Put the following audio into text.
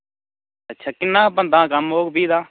अच्छा किन्ना गै बंदा दा कम्म होग फ्ही तां